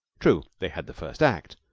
true, they had the first act,